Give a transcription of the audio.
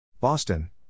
Boston